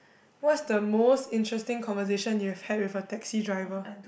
what's the most interesting conversation you've had with a taxi driver